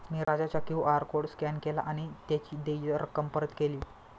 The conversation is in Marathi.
मी राजाचा क्यू.आर कोड स्कॅन केला आणि त्याची देय रक्कम परत केली